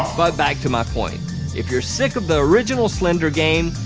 but back to my point if you're sick of the original slender game,